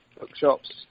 bookshops